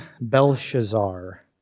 Belshazzar